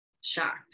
shocked